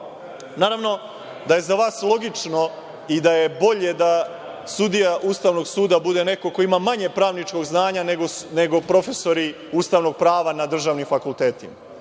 da je za vas logično i da je bolje da sudija US bude neko ko ima manje pravničkog znanja nego profesori ustavnog prava na državnim fakultetima.